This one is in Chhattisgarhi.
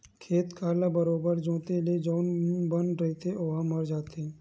खेत खार ल बरोबर जोंते ले जउन बन रहिथे ओहा मर जाथे